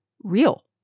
real